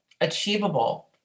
achievable